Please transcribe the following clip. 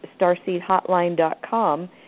starseedhotline.com